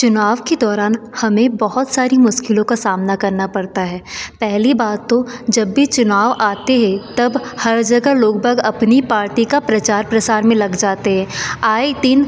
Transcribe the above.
चुनाव के दौरान हमें बहुत सारी मुश्किलों का सामना करना पड़ता है पहली बात तो जब भी चुनाव आते हैं तब हर जगह लोग बाग अपनी पार्टी का प्रचार प्रसार में लग जाते हैं आए दिन